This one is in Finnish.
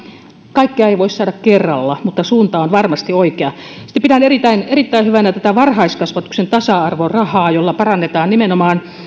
kaikkea ei voi saada kerralla mutta suunta on varmasti oikea sitten pidän erittäin erittäin hyvänä tätä varhaiskasvatuksen tasa arvorahaa jolla parannetaan nimenomaan